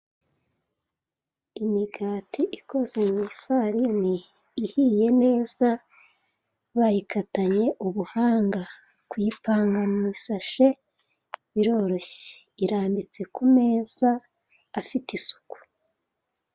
Imigati ikoze mu ifarini ihiye neza bayikatanye ubuhanga. Kuyipanga mu ishashe biroroshye. Irambitse ku meza afite isuku.